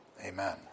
Amen